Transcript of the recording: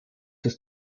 ist